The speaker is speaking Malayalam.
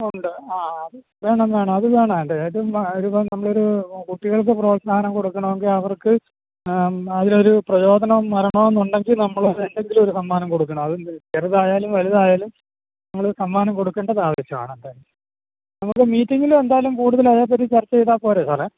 ആ ഉണ്ട് അത് ആ അത് വേണം വേണം അത് വേണം എന്തായാലും നമ്മളൊരു കുട്ടികൾക്ക് പ്രോത്സാഹനം കൊടുക്കണമെങ്കിൽ അവർക്ക് അതിലൊരു പ്രചോദനം വരണമെന്നുണ്ടെങ്കിൽ നമ്മൾ എന്തെങ്കിലും ഒരു സമ്മാനം കൊടുക്കണം അത് ചെറുതായാലും വലുതായാലും നമ്മൾ സമ്മാനം കൊടുക്കേണ്ടതാവശ്യമാണ് എന്തായാലും നമ്മൾ മീറ്റിങ്ങിൽ എന്തായാലും കൂടുതൽ അതിനെപ്പറ്റി ചർച്ച ചെയ്താൽ പോരെ സാറെ